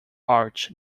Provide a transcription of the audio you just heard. arch